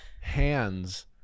hands